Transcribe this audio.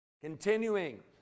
Continuing